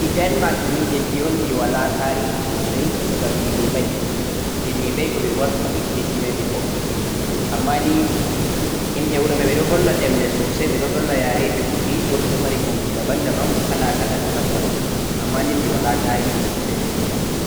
leddi Denmark ni leddi un de wala tarihi sosai ngam de neɓai, ɓe neɓai ko ɓe maɓɓiti leddi mai ɓe hokki himɓe, ammani himɓe wuro mai ɓe ɗo valla ɗemle sosai, ɓe volla ya'reji ɗuɗɗi bo ɓe ɗo mari yamdu daban daban, kala kala daban daban, ammani di wala tarihi sasai leddi mai